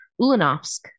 Ulanovsk